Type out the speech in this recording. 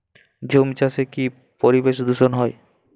ঝুম চাষে কি পরিবেশ দূষন হয়?